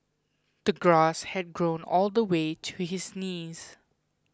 the grass had grown all the way to his knees